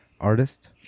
artist